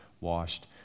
washed